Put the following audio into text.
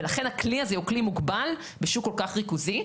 ולכן הכלי הזה הוא כלי מוגבל בשוק כל כך ריכוזי.